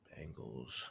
Bengals